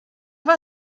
war